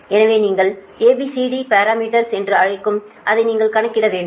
எனவே நீங்கள் ABCD parameters என்று அழைக்கும் அதை நீங்கள் கணக்கிட வேண்டும்